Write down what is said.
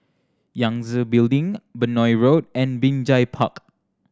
Yangtze Building Benoi Road and Binjai Park